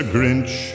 Grinch